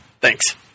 Thanks